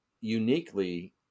uniquely